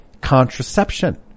contraception